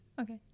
Okay